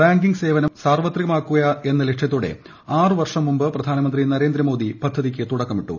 banking സേവനം സാർവത്രികമാക്കുകയെന്ന ലക്ഷ്യത്തോടെയാണ് ആറുവർഷം മുമ്പ് പ്രധാനമന്ത്രി നരേന്ദ്രമോദി പദ്ധതിക്ക് തുടക്കമിട്ടു